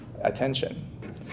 attention